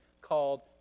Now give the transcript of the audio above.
called